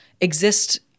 exist